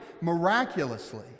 miraculously